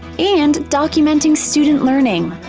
and documenting student learning.